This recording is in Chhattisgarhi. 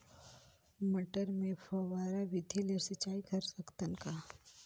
मटर मे फव्वारा विधि ले सिंचाई कर सकत हन का?